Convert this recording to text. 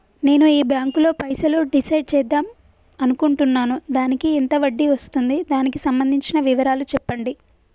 నేను ఈ బ్యాంకులో పైసలు డిసైడ్ చేద్దాం అనుకుంటున్నాను దానికి ఎంత వడ్డీ వస్తుంది దానికి సంబంధించిన వివరాలు చెప్పండి?